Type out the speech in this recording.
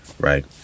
right